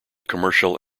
commercial